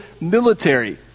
military